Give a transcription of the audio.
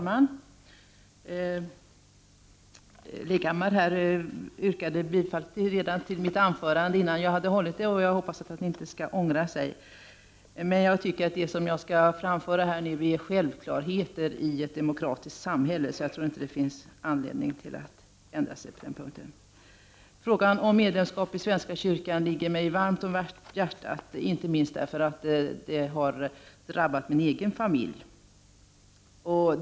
Fru talman! Hans Leghammar instämde i mitt anförande redan innan jag har hållit det. Jag hoppas att han inte skall ångra sig. Det som jag skall framföra här gäller självklarheter i ett demokratiskt samhälle, så jag tror inte att han får någon anledning att ändra sig på den punkten. Frågan om medlemskap i svenska kyrkan ligger mig varmt om hjärtat, inte minst därför att min egen familj har drabbats i detta sammanhang.